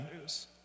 news